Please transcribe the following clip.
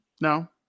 no